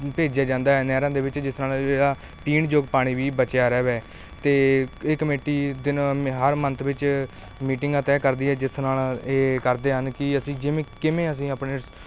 ਭੇਜਿਆ ਜਾਂਦਾ ਹੈ ਨਹਿਰਾਂ ਦੇ ਵਿੱਚ ਜਿਸ ਨਾਲ ਜਿਹੜਾ ਪੀਣਯੋਗ ਪਾਣੀ ਵੀ ਬਚਿਆ ਰਹੇ ਅਤੇ ਇਹ ਕਮੇਟੀ ਦਿਨ ਹਰ ਮੰਥ ਵਿੱਚ ਮੀਟਿੰਗਾਂ ਤੈਅ ਕਰਦੀ ਹੈ ਜਿਸ ਨਾਲ ਇਹ ਕਰਦੇ ਹਨ ਕਿ ਅਸੀਂ ਜਿਵੇਂ ਕਿਵੇਂ ਅਸੀਂ ਆਪਣੇ